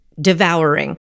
Devouring